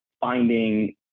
finding